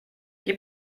gib